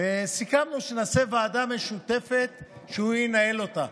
וסיכמנו שנעשה ועדה משותפת שהוא ינהל אותה.